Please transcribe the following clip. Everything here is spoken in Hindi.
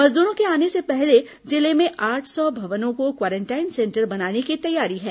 मजदूरों के आने से पहले जिले में आठ सौ भवनों को क्वारेंटाइन सेंटर बनाने की तैयारी है